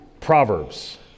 Proverbs